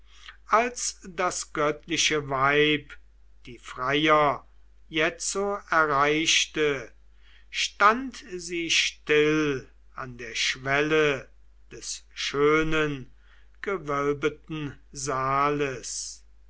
als das göttliche weib die freier jetzo erreichte stand sie still an der schwelle des schönen gewölbeten saales